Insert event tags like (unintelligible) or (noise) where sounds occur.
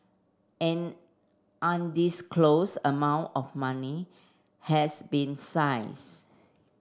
an undisclosed amount of money has been (unintelligible)